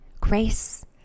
grace